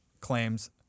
claims